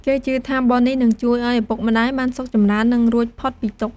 គេជឿថាបុណ្យនេះនឹងជួយឱ្យឪពុកម្តាយបានសុខចម្រើន និងរួចផុតពីទុក្ខ។